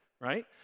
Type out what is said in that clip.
right